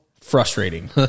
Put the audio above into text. frustrating